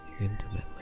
intimately